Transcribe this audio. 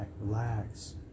Relax